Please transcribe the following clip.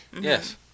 Yes